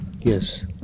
Yes